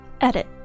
Edit